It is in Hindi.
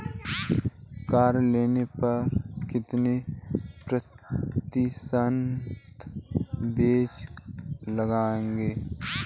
कार लोन पर कितना प्रतिशत ब्याज लगेगा?